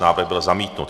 Návrh byl zamítnut.